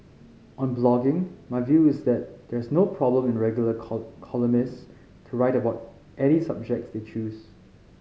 on blogging my view is that there's no problem in regular columnists to write about any subject they choose